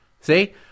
See